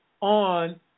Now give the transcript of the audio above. on